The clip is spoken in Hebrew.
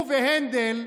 הוא והנדל,